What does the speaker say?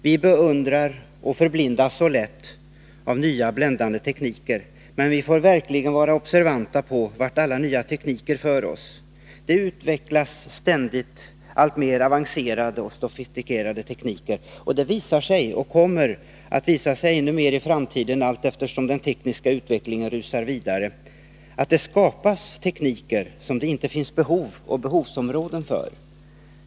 Vi beundrar nya bländande tekniker och förblindas så lätt av dem, men vi får verkligen vara observanta på vart alla nya tekniker för oss. Det utvecklas ständigt alltmer avancerade och sofistikerade tekniker. Och det visar sig, och kommer att visa sig ännu mer i framtiden, allteftersom den tekniska utvecklingen rusar vidare, att det skapas tekniker som det inte finns behov av och behovsområden för.